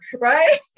right